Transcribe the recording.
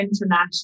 international